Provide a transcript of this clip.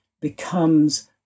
becomes